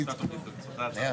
47-46,